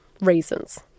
reasons